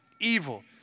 evil